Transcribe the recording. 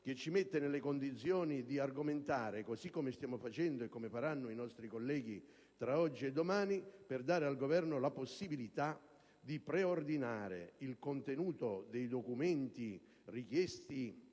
che ci mette nelle condizioni di argomentare, così come stiamo facendo e come faranno i nostri colleghi oggi e domani, per dare al Governo la possibilità di preordinare il contenuto dei documenti richiesti